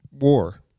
war